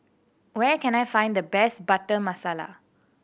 where can I find the best Butter Masala